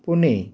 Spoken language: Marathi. पुणे